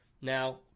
Now